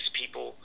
people